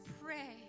pray